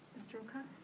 mr. o'connor.